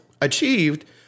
achieved